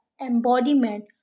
embodiment